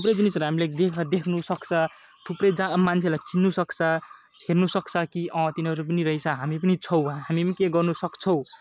थुप्रै जिनिसहरू हामीले देख देख्नु सक्छ थुप्रै जहाँ मान्छेलाई चिन्नु सक्छ हेर्नु सक्छ कि तिनीहरू पनि रहेछ हामी पनि छौँ वा हामी पनि केही गर्न सक्छौँ